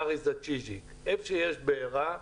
עס איז צ'יזיק" - איפה שיש בעירה,